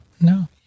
No